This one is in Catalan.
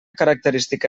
característica